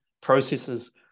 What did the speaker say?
processes